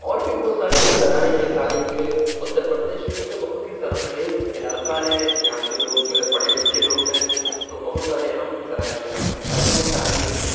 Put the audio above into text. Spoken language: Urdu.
اور بھی بہت سارے ذرائع ہیں تعلیم کے اتر پردیش کیونکہ بہت ہی زرخیز علاقہ ہے یہاں کے لوگ جو ہیں پڑھے لکھے لوگ ہیں تو بہت سارے اہم ذرائع ہیں یہاں پہ تعلیم و تعلم کے